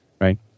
right